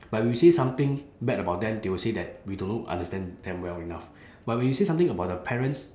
but if you say something bad about them they will say that we do not understand them well enough but when you say something about their parents